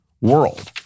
world